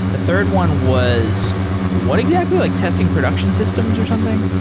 the third one was what exactly? like testing production systems or something?